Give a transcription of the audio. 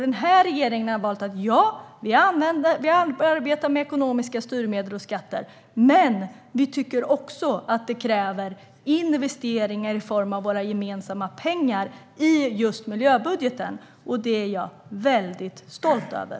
Den här regeringen har valt att arbeta med ekonomiska styrmedel och skatter, men vi tycker också att det kräver investeringar i form av våra gemensamma pengar i just miljöbudgeten. Det är jag mycket stolt över.